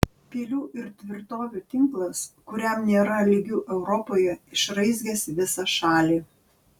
pilių ir tvirtovių tinklas kuriam nėra lygių europoje išraizgęs visą šalį